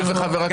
כן.